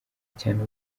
cyane